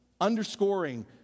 underscoring